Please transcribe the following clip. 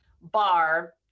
bar